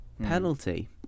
penalty